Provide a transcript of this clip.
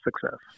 success